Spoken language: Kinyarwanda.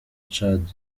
tchad